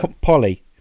Polly